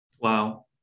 Wow